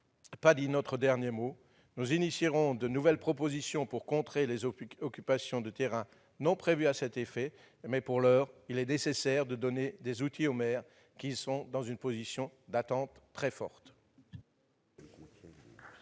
dit notre dernier mot. Nous ferons de nouvelles propositions pour contrer les occupations de terrains non prévus à cet effet. Pour l'heure, il est nécessaire de donner des outils aux maires, qui sont dans une position d'attente très forte.